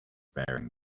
bearing